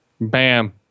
Bam